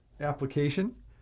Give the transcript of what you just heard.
application